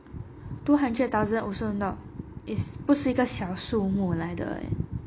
two hundred thousand also not is 不是一个小数目来的勒